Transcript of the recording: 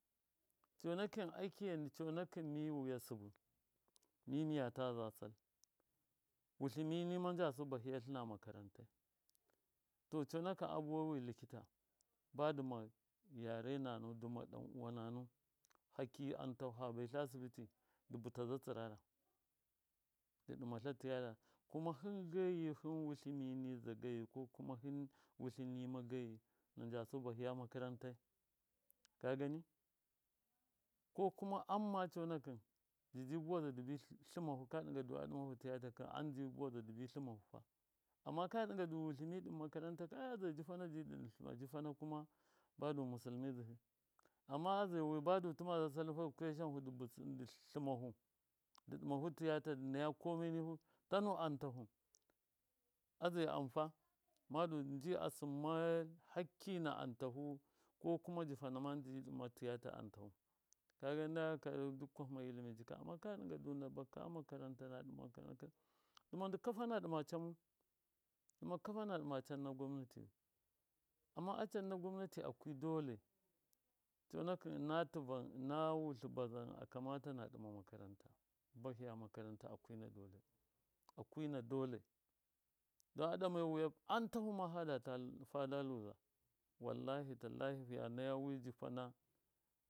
Conakɨn akiya ndɨ conakɨn mi wuya sɨbɨ mi miya ta za sal. Wutlɨmi nima njasu bahɨya tlɨna makarantai to conakɨ abuwai wi likita badu dɨma yare namau dɨma ɗan. uwa namau hakiya antahu fa baitla sibiti dɨ bɨtaza tsɨrara ndlikita ban duma yare namau dɨma ɗan. uwa namau hakiya antahu fa baitla sibiti dɨ bɨtaza tsirara dɨ ɗimatla tiyata kuma hɨngeyi hɨn wutlɨmi niza geyi ko kuma hɨn wutlɨmi nima geyi najasu bahina makarantai kagani ko kuma ama conakɨn njiji buwaza dɨbi tlɨmahu ka ɗɨnga ɗɨmafu tiyata ka am ji tlɨmafu amma ka ɗɨnga du wutlɨmi ɗɨn makaranta ka ai a zai jɨfana dɨ tlɨmahu badu musulmi dzɨhɨ amma a zai badu tɨma za salu fa dɨ kuya shanhu dɨ tlɨmahu dɨ ɗɨmafu tiyata dɨ naya komai nihu tanu antahu a zai amfa madu nji a sɨma haki na antafu ko kuma jɨfana masi dima tɨyata amtahu kaga nakaka du kwahɨya ilimi jika amma ka ɗɨnga du na baka makaranta ka na ɗɨma makarata ka dɨma kafa na ɗɨma camu dɨma kafa na ɗɨma canna gwamnatiyu amma acan na gwamnati akwi dole conakɨn ɨna tɨvan ɨna wutlɨ bazan akamata na ɗɨma makaranta bahɨya makaranta a kwina dole akwina dole don a ɗame wuya antafu ma. fada luza wallahi, tallahi fya naya wi jɨfana.